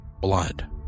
Blood